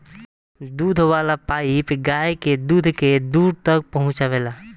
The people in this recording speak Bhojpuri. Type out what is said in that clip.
दूध वाला पाइप गाय के दूध के दूर तक पहुचावेला